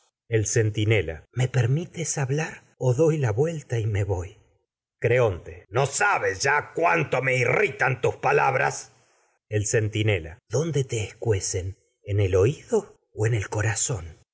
el centinela me permites hablar o doy la vuel ta y me voy creonte labras el nb sabes ya cuánto me irritan tus pa centinela dónde te escuecen en el oído o en el corazón